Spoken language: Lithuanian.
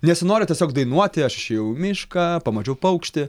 nesinori tiesiog dainuoti aš išėjau į mišką pamačiau paukštį